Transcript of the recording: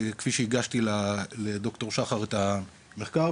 כפי שהגשתי לד"ר שחר את המחקר,